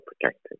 protected